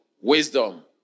wisdom